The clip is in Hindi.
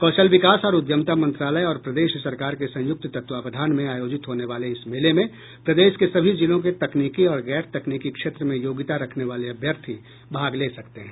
कौशल विकास और उद्यमिता मंत्रालय और प्रदेश सरकार के संयुक्त तत्वावधान में आयोजित होने वाले इस मेले में प्रदेश के सभी जिलो के तकनीकी और गैर तकनीकी क्षेत्र में योग्यता रखने वाले अभ्यर्थी भाग ले सकते हैं